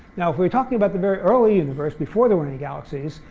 now if we're talking about the very early universe before there were any galaxies,